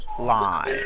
Live